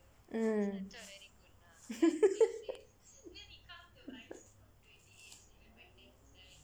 mm